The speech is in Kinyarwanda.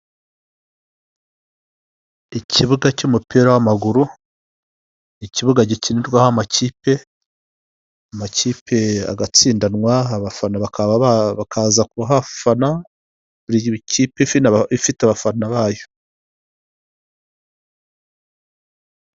Ikibuga cy'umupira w'amaguru, ikibuga gikinirwaho amakipe, amakipe agatsindanwa abafana bakaba, bakaza kuhafana, buri kipe fite abafana bayo.